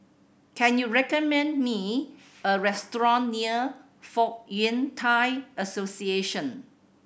can you recommend me a restaurant near Fong Yun Thai Association